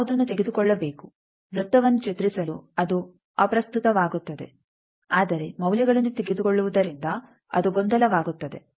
ಆದ್ದರಿಂದ ಯಾವುದನ್ನೂ ತೆಗೆದುಕೊಳ್ಳಬೇಕು ವೃತ್ತವನ್ನು ಚಿತ್ರಿಸಲು ಅದು ಅಪ್ರಸ್ತುತವಾಗುತ್ತದೆ ಆದರೆ ಮೌಲ್ಯಗಳನ್ನು ತೆಗೆದುಕೊಳ್ಳುವುದರಿಂದ ಅದು ಗೊಂದಲವಾಗುತ್ತದೆ